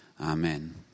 amen